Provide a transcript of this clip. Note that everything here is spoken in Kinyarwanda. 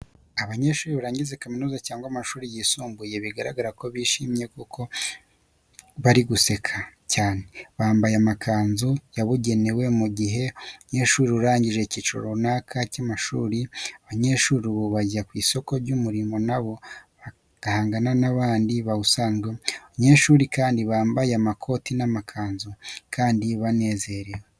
Abanyeshuri barangije kaminuza cyangwa amashuri y'isumbuye bigaragara ko bishimye kuko bari guseka cyane, bambaye amakanzu yabugenewe mu gihe umunyeshuri arangije icyiciro runaka cy'amashuri. Abanyeshuri ubu bajya ku isoko ry'umurimo na bo bagahangana n'abandi bawusanzweho. Abanyeshuri kandi bambaye amakoti n'amakanzu kandi baraberewe.